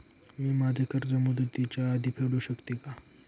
मी माझे कर्ज मुदतीच्या आधी फेडू शकते का?